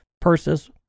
Persis